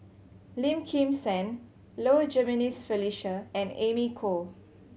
Lim Kim San Low Jimenez Felicia and Amy Khor